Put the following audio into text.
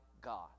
God